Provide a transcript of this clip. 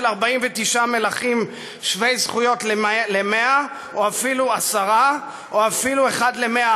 49 מלכים שווי זכויות ל-100 או אפילו עשרה או אפילו אחד ל-100.